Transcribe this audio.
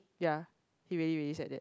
ya he really really said that